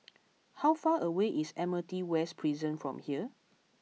how far away is Admiralty West Prison from here